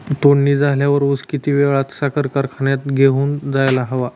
तोडणी झाल्यावर ऊस किती वेळात साखर कारखान्यात घेऊन जायला हवा?